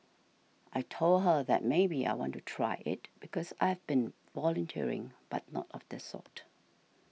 I told her that maybe I want to try it because I've been volunteering but not of this sort